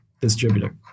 distributor